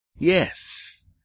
Yes